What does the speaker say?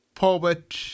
poet